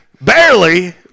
barely